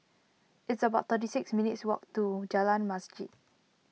it's about thirty six minutes' walk to Jalan Masjid